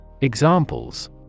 Examples